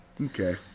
Okay